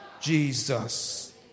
Jesus